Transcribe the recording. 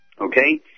Okay